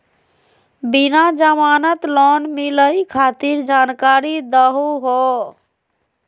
बिना जमानत लोन मिलई खातिर जानकारी दहु हो?